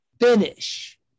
finish